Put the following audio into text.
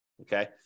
Okay